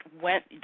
went